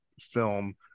film